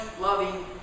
loving